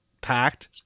packed